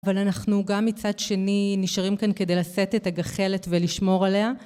אבל אנחנו גם מצד שני נשארים כאן כדי לשאת את הגחלת ולשמור עליה...